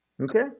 Okay